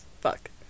Fuck